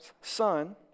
son